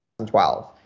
2012